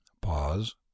pause